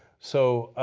so,